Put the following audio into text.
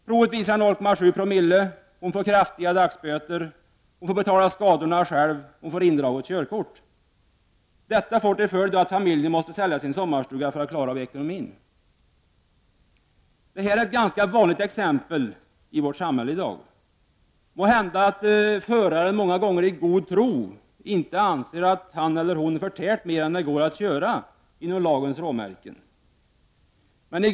Provet visar en alkoholkoncentration om 0,7 Ze. Hon ådöms kraftiga dagsböter, hon får själv betala skadorna och hennes körkort dras in. Detta får till följd att familjen måste sälja sin sommarstuga för att klara av ekonomin. Det här är ett ganska vanligt exempel i dag. Måhända anser föraren många gånger i god tro att han eller hon inte förtärt mer alkohol än att det inom lagens råmärken är tillåtet att köra.